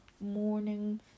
morning